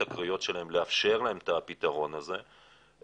הקריאות שלהם לאפשר להם את הפתרון הזה,